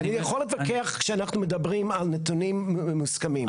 אני יכול להתווכח כשאנחנו מדברים על נתונים מוסכמים.